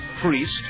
priest